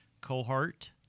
cohort